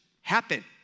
happen